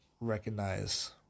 recognize